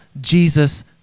Jesus